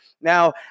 Now